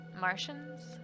Martians